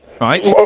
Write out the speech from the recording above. Right